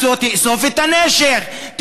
תאסוף את הנשק,